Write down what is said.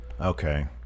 Okay